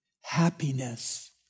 Happiness